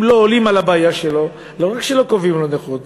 אם לא עולים על הבעיה שלו לא רק שלא קובעים לו נכות,